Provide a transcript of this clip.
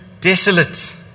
desolate